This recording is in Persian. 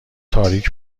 تاریک